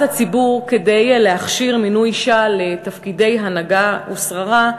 הציבור כדי להכשיר מינוי אישה לתפקידי הנהגה ושררה,